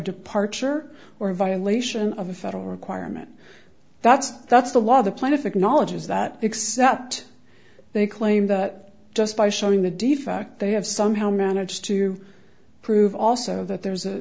departure or violation of a federal requirement that that's the law the plaintiff acknowledges that except they claim that just by showing the defect they have somehow managed to prove also that there's a